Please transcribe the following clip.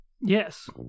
Yes